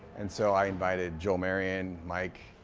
and so, i invited joel marion, mike